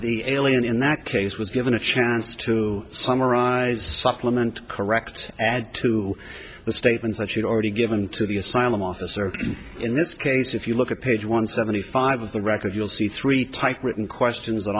the alien in that case was given a chance to summarize supplement correct add to the statements that you've already given to the asylum officer in this case if you look at page one seventy five of the record you'll see three typewritten questions